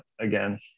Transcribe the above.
again